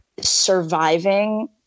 surviving